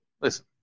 listen